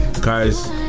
guys